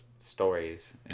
stories